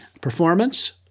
performance